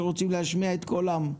שרוצים להשמיע את קולם?